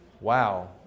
wow